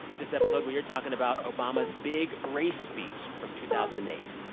this episode, we are talking about obama's big race speech from two thousand and eight.